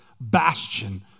bastion